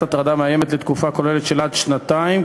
הטרדה מאיימת לתקופה כוללת של עד שנתיים,